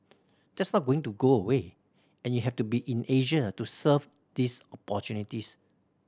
that's not going to go away and you have to be in Asia to serve these opportunities